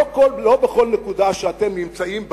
לא בכל נקודה שאתם נמצאים בה,